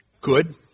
Good